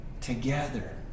together